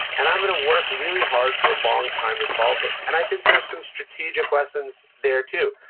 and i'm going to work really hard for a long time to solve this. and i think there's some strategic lessons there, too.